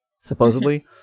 supposedly